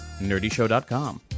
nerdyshow.com